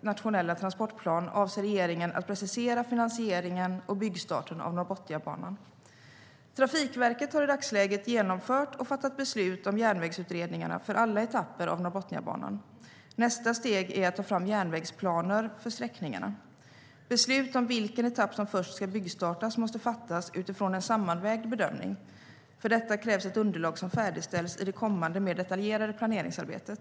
nationella transportplan avser regeringen att precisera finansieringen och byggstarten av Norrbotniabanan.Trafikverket har i dagsläget genomfört och fattat beslut om järnvägsutredningarna för alla etapper av Norrbotniabanan. Nästa steg är att ta fram järnvägsplaner för sträckningarna. Beslut om vilken etapp som först ska byggstartas måste fattas utifrån en sammanvägd bedömning. För detta krävs ett underlag som färdigställs i det kommande mer detaljerade planeringsarbetet.